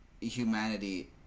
humanity